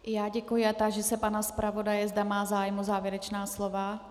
I já děkuji a táži se pana zpravodaje, zda má zájem o závěrečná slova.